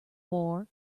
war